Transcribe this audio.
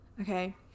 Okay